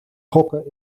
gokken